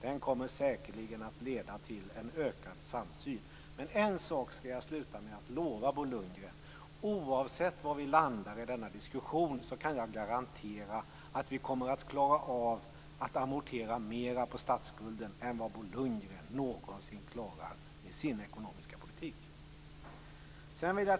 Den kommer säkerligen att leda till en ökad samsyn. Men en sak skall jag till slut lova Bo Lundgren, oavsett var vi landar i denna diskussion kan jag garantera att vi kommer att klara av att amortera mer på statsskulden än Bo Lundgren någonsin klarar med sin ekonomiska politik.